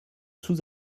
sous